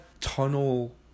tunnel